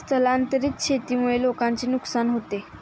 स्थलांतरित शेतीमुळे लोकांचे नुकसान होते